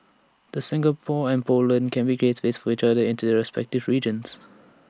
the Singapore and Poland can be gateways for each other into their respective regions